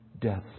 death